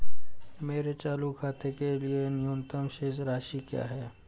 मेरे चालू खाते के लिए न्यूनतम शेष राशि क्या है?